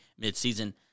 midseason